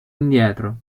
indietro